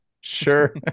Sure